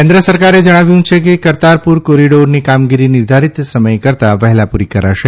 કેન્દ્ર સરકારે જણાવ્યું છે કે કરતારપુર કોરીડોરની કામગીરી નિર્ધારીત સમથ કરતાં વહેલાં પૂરી કરાશે